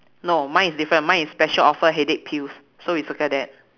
no mine is different mine is special offer headache pills so we circle that